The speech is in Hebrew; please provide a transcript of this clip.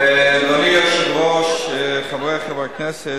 אדוני היושב-ראש, חברי חברי הכנסת,